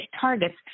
targets